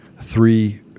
three